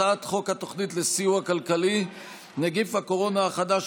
הצעת חוק התוכנית לסיוע כלכלי (נגיף הקורונה החדש,